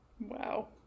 Wow